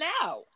now